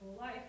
Life